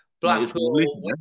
Blackpool